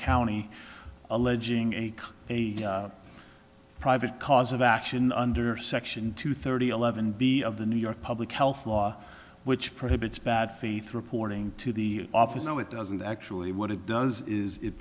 county alleging a private cause of action under section two thirty eleven b of the new york public health law which prohibits bad faith reporting to the office no it doesn't actually what it does is it